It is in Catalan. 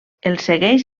segueix